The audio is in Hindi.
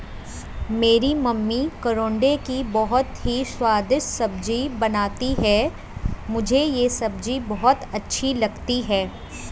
मेरी मम्मी करौंदे की बहुत ही स्वादिष्ट सब्जी बनाती हैं मुझे यह सब्जी बहुत अच्छी लगती है